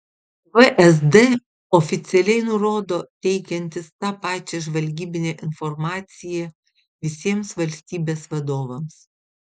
vsd oficialiai nurodo teikiantis tą pačią žvalgybinę informaciją visiems valstybės vadovams